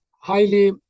highly